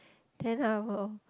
then I will